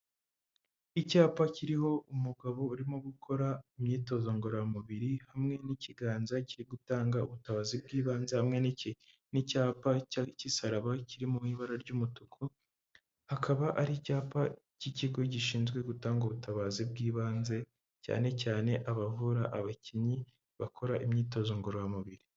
Icyapa kiriho umugabo urimo gukora imyitozo ngororamubiri hamwe n'ikiganza cye gutanga ubutabazi bw'ibanze hamwe n'icyapa cy'isaraba kiri mu ibara ry'umutuku hakaba ari icyapa cy'ikigo gishinzwe gutanga ubutabazi bw'ibanze cyane cyane abavura abakinnyi bakora imyitozo ngororamubiri.